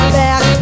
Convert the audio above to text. back